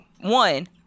One